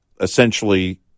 essentially